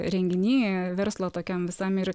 renginy verslo tokiam visam ir